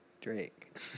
Drake